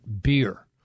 beer